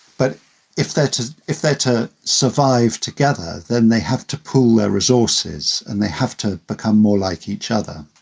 but if that's if they're to survive together, then they have to pool their resources and they have to become more like each other.